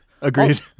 Agreed